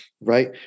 right